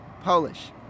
Polish